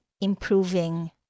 improving